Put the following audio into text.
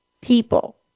people